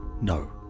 No